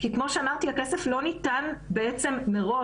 כי כמו שאמרתי - הכסף לא ניתן בעצם מראש.